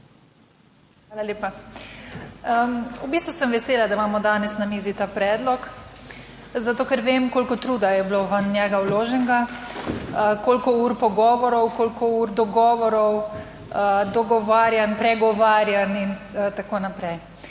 Hvala lepa. V bistvu sem vesela, da imamo danes na mizi ta predlog, zato ker vem koliko truda je bilo v njega vloženega, koliko ur pogovorov, koliko ur dogovorov, dogovarjanj, pregovarjanj in tako naprej.